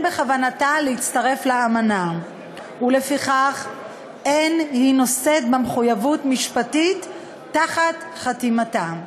בכוונתה להצטרף לאמנה ולפיכך אין היא נושאת במחויבות משפטית תחת חתימתה.